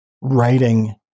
writing